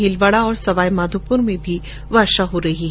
भीलवाडा और सवाईमाधोपुर में भी वर्षा हो रही है